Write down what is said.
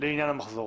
לעניין המחזור?